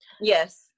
Yes